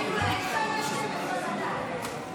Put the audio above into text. בבקשה, שר המשפטים יריב לוין.